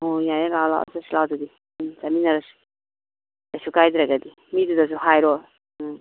ꯑꯣ ꯌꯥꯏ ꯌꯥꯏ ꯂꯥꯛꯑꯣ ꯂꯥꯛꯑꯣ ꯆꯠꯁꯤ ꯂꯥꯛꯑꯣ ꯑꯗꯨꯗꯤ ꯎꯝ ꯆꯠꯃꯤꯟꯅꯔꯁꯤ ꯀꯩꯁꯨ ꯀꯥꯏꯗ꯭ꯔꯒꯗꯤ ꯃꯤꯗꯨꯗꯁꯨ ꯍꯥꯏꯔꯣ ꯎꯝ